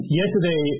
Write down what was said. yesterday